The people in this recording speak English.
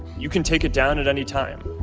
you can take it down at any time.